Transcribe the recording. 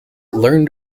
learn